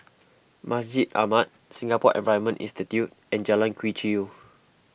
Masjid Ahmad Singapore Environment Institute and Jalan Quee Chew